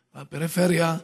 הפריפריה,